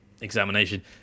examination